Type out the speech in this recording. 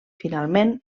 finalment